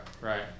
right